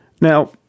Now